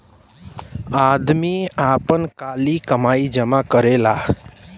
आदमी आपन काली कमाई जमा करेला